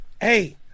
Hey